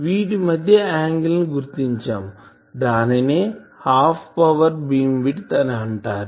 వీటి మధ్యయాంగిల్ ని గుర్తించాముదానినే హాఫ్ పవర్ బీమ్ విడ్త్ అని అంటారు